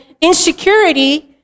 insecurity